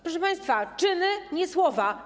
Proszę państwa, czyny, nie słowa.